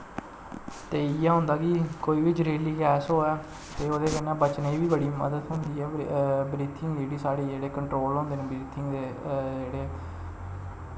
ते इ'यै होंदा कि कोई बी जैह्रीली गैस होऐ ते ओह्दे कन्नै बचने दी बड़ी मदद थ्होंदी ऐ ब्रीथिंग जेह्ड़ी साढ़े जेह्ड़े कंट्रोल होंदे न ब्रीथिंग दे जेह्ड़े